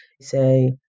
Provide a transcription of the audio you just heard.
say